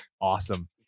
Awesome